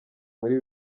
muri